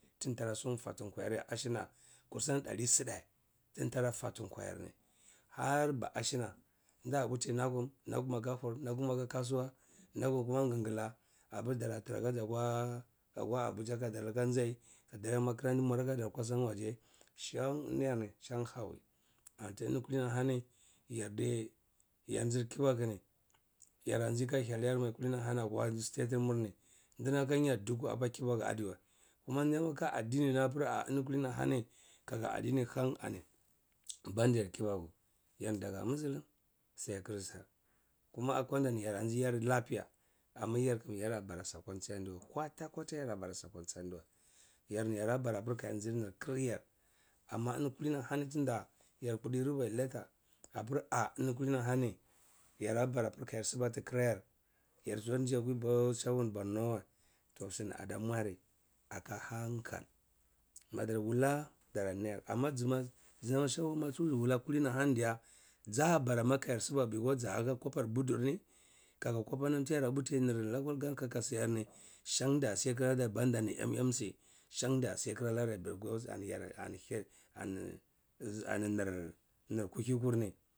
Tin tara suwa fati kwayiyar ashina kusan dari-side tiri tara fati kwayiyar ni har ba ashina nda puti lakum, lakum kuma aka pri lakum kuma aka hur, lakum aka kasuwa, lakum kuma gingla apir dara tara akwa dar akwa akwa abiya kadar nuhah nzai kadar ya makaranta kadar mur aka dar akwa kasan waje shan eni yar ni hawi anti eni kulinihani yarde yargin kebaku ni yerra nji ka hyelyar ivamai kulini hani akwa aji state yar mur ni ndnam aka nya dukwu apa kibaku adiwa kuma nam aka adini tiya pir-ah eni kidini hani kaka dini han ani banda kibaku. Yar daga musilim sai christain kuma akwan nda ni yara jiyar lapiya amma yar kam yarabara wa akwa chiyan di wa kwa to kwata gara bara sa aka ndiwa yar yarabara sa akwa chiyan di wa kwata kwata yara bara sa aka ndiwa yar ni yara bar aka yar njin yar nir kir yar amma eni kulini-hani tunda yar kurti rubwai letter apir-ah eni kulini-ahani yambara ka yar sibati khir yar. Yar tso aji akwa karkashin shehu borno wen toh sini ada mwarri aka hankal madar wula dara nayar amma jinam shehu ma tsu ji wula kulini ahani diya, zabara ma kayar sibaweh because zahapir kwopar budur ni kaka kwapa nam tiyara puti nir local government kaka nirshi miryarri. Shan nda siakhir ana dar banda nir mmc shan nda siakhir anadar because coni ani yir head ani nir kuhi kurni.